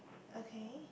okay